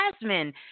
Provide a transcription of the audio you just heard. Jasmine